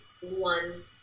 one